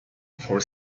for